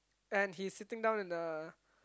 and he's sitting in the